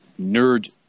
nerd